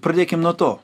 pradėkim nuo to